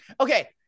Okay